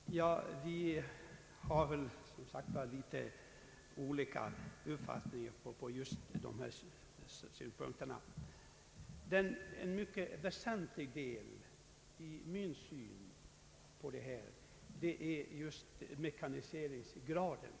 Herr talman! Vi har väl som sagt något olika uppfattningar just på dessa punkter. När jag ser på dessa frågor lägger jag mycket stor vikt vid mekaniseringsgraden.